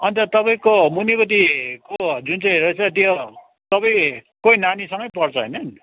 अनि त तपाईँको मुनिपट्टिको जुन चाहिँ रहेछ त्यो तपाईँकै नानीसँगै पढ्छ होइन